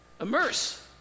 immerse